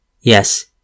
yes